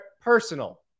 Personal